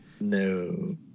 No